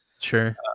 sure